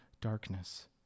darkness